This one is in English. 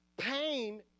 Pain